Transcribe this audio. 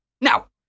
now